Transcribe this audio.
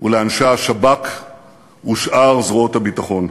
ולאנשי השב"כ ושאר זרועות הביטחון,